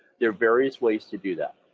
there are various ways to do that.